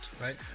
right